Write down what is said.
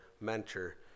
mentor